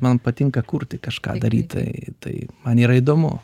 man patinka kurti kažką daryt tai tai man yra įdomu